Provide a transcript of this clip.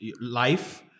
life